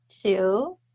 two